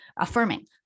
affirming